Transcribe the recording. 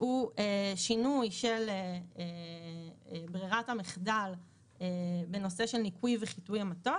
הוא שינוי של ברירת המחדל בנושא של ניקוי וחיטוי המטוס.